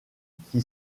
qui